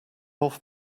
off